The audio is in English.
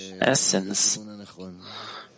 essence